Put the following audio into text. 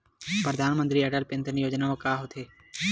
परधानमंतरी अटल पेंशन योजना मा का होथे?